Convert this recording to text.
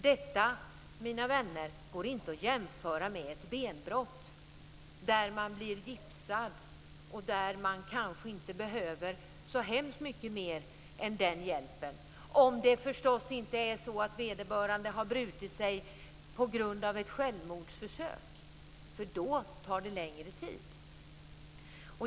Detta, mina vänner, går inte att jämföra med ett benbrott där man blir gipsad och kanske inte behöver så hemskt mycket mer än den hjälpen, om det inte är så att vederbörande har brutit sig på grund av ett självmordsförsök. Då tar det längre tid.